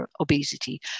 obesity